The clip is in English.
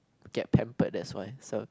get pampered that's why so